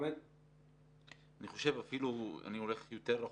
אני הולך יותר רחוק.